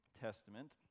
testament